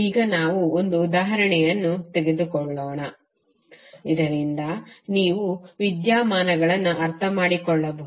ಈಗ ನಾವು ಒಂದು ಉದಾಹರಣೆಯನ್ನು ತೆಗೆದುಕೊಳ್ಳೋಣ ಇದರಿಂದ ನೀವು ವಿದ್ಯಮಾನಗಳನ್ನು ಅರ್ಥಮಾಡಿಕೊಳ್ಳಬಹುದು